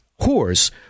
whores